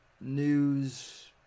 news